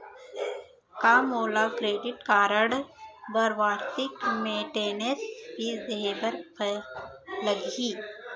का मोला credit card बर वार्षिक मेंटेनेंस फीस देहे बर लागही?